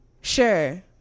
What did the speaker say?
sure